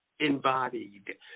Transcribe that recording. embodied